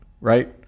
right